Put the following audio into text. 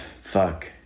Fuck